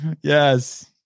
yes